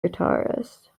guitarist